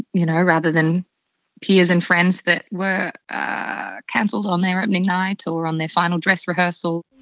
you know, rather than peers and friends that were ah cancelled on their opening night or on their final dress rehearsal